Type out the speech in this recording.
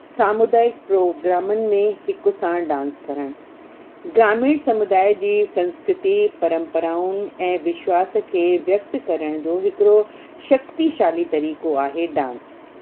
सामुदायिक प्रोग्रामनि में हिकु साण डांस करण ग्रामीण समुदाय जी संस्कृति परंपराउन ऐं विश्वास खे व्यक्त करण जो हिकिड़ो शक्तीशाली तरीक़ो आहे डांस